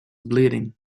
bleeding